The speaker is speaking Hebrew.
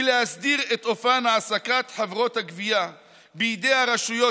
להסדיר את אופן העסקת חברות הגבייה בידי הרשויות